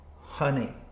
honey